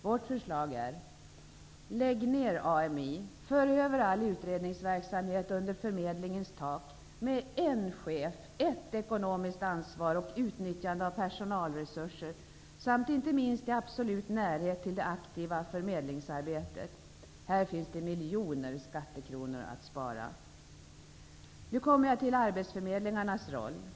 Vårt förslag är: Lägg ner AMI! För över all utredningsverksamhet under förmedlingens tak, med en chef, ett ekonomiskt ansvar och utnyttjande av personalresurser samt inte minst i absolut närhet till det aktiva förmedlingsarbetet. Här finns det miljoner skattekronor att spara. Nu kommer jag till arbetsförmedlingarnas roll.